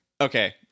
Okay